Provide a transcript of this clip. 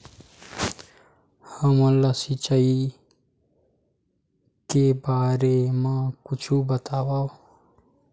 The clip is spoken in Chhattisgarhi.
हमन ला सिंचाई के बारे मा कुछु बतावव?